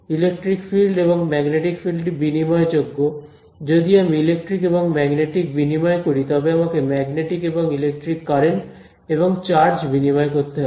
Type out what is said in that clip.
electric field এবং magnetic field টি বিনিময়যোগ্য যদি আমি ইলেকট্রিক এবং ম্যাগনেটিক বিনিময় করি তবে আমাকে ম্যাগনেটিক এবং ইলেকট্রিক কারেন্ট এবং চার্জ বিনিময় করতে হবে